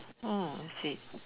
is it